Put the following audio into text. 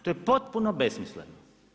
To je potpuno besmisleno.